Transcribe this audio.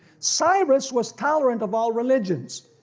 cyrus was tolerant of all religions,